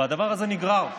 והדבר הזה נגרר,